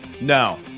No